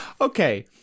okay